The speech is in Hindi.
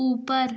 ऊपर